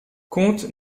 contes